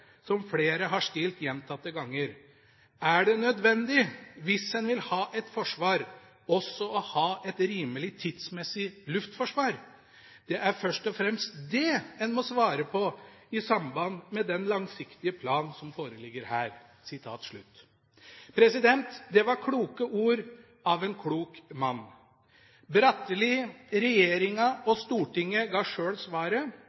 som flere har stilt gjentatte ganger: Er det nødvendig, hvis en vil ha et forsvar, også å ha et rimelig tidsmessig luftforsvar? Det er først og fremst det en må svare på i samband med den langsiktige plan som foreligger her.» Det var kloke ord av en klok mann. Bratteli, regjeringa og Stortinget ga sjøl svaret: